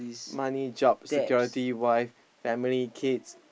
money job security wife family kids